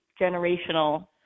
generational